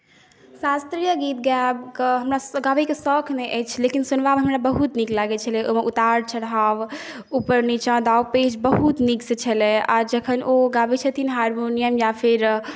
शास्त्रीय गीत गाबिकऽ हमरा गाबैके सौखमे अछि लेकिन सुनबामे हमरा बहुत नीक लागै छलै ओहिमे उतार चढ़ाव ऊपर निचाँ दाव पेँच बहुत नीकसँ छलै आओर जखन ओ गाबै छथिन हारमोनियम या फेर